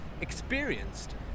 experienced